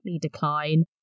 decline